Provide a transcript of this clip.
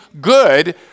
good